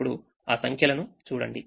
ఇప్పుడు ఆ సంఖ్యలను చూడండి